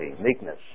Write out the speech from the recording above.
meekness